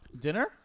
Dinner